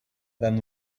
than